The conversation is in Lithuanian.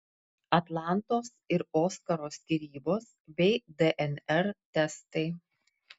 atlantos ir oskaro skyrybos bei dnr testai